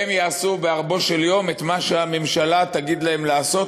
והם יעשו בערבו של יום את מה שהממשלה תגיד להם לעשות,